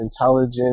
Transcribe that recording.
intelligent